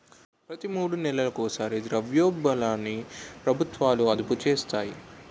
ప్రతి మూడు నెలలకు ఒకసారి ద్రవ్యోల్బణాన్ని ప్రభుత్వాలు అదుపు చేస్తాయి